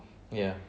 ya